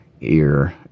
ear